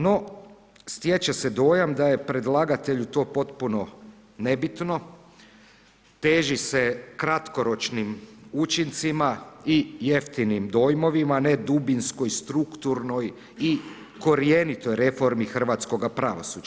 No, stječe se dojam da je predlagatelju to potpuno nebitno, teži se kratkoročnim učincima i jeftinim dojmovima, ne dubinskoj strukturnoj i korjenitoj reformi hrvatskog pravosuđa.